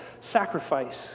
sacrifice